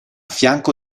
fianco